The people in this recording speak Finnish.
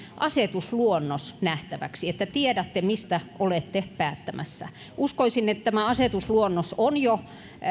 asetusluonnos nähtäväksi että tiedätte mistä olette päättämässä uskoisin että tämä asetusluonnos on jo